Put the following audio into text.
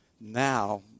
now